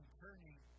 turning